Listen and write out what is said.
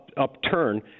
upturn